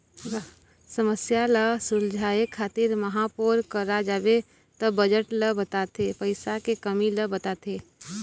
समस्या ल सुलझाए खातिर महापौर करा जाबे त बजट ल बताथे पइसा के कमी ल बताथे